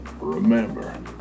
Remember